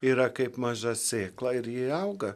yra kaip maža sėkla ir jie auga